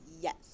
yes